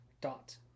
dot